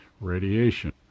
radiation